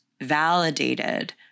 validated